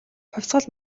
хувьсгал